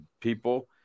people